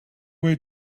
way